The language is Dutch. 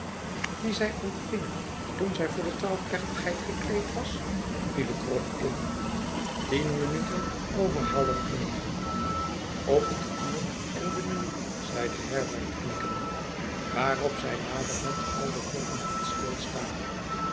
dien zij ontving toen zij voor de trouwplechtigheid gekleed was viel ik er op in tien minuten over half negen op het uur en de minuut zeide herbert knikkende waarop zij naderhand al de klokken liet stilstaan